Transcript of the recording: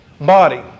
body